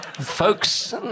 folks